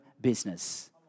business